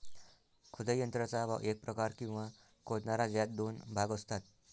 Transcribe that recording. खोदाई यंत्राचा एक प्रकार, किंवा खोदणारा, ज्यात दोन भाग असतात